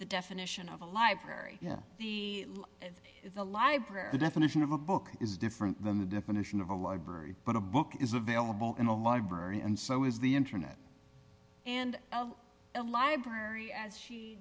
the definition of a library the the library definition of a book is different than the definition of a library but a book is available in a library and so is the internet and a library as she